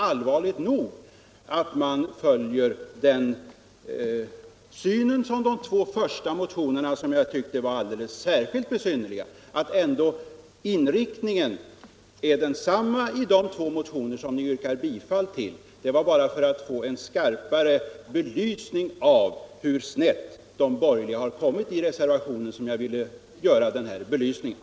Inriktningen i de två motioner som ni tillstyrker är densamma som i de två andra motionerna, som jag tycker är alldeles särskilt besynnerliga. Det var för att få en skarpare belysning av hur snett de borgerliga kommit i reservationen som jag berörde de två andra motionerna.